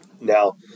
Now